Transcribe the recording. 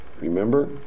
remember